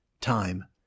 time